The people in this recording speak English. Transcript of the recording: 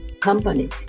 company